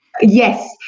Yes